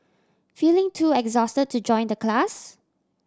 feeling too exhausted to join the class